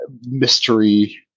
mystery